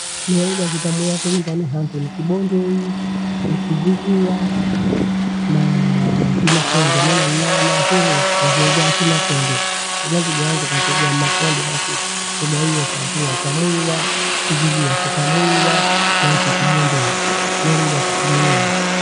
Na lugha nitameavyo nyumbani handu ni kibondei, ehe! kizigua, naa kimakonde maana nna wanyanturu wakiingia kwa kimakonde. Kuja kujawahi kukatokea mmakonde basi hedaiwe esanturi ya tano. Noiwa nivivie mkutanoni wafu na huku kibondei na lugha tukio yale.